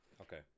Okay